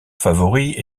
favori